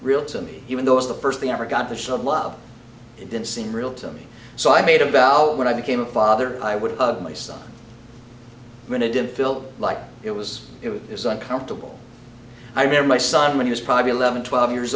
real to me even though it's the first thing i ever got the shock of love it didn't seem real to me so i made about when i became a father i would hug my son when it didn't feel like it was it is uncomfortable i remember my son when he was probably eleven twelve years